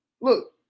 Look